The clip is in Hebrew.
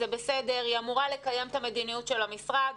זה בסדר, היא אמורה לקיים את המדיניות של המשרד.